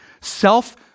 self